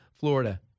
Florida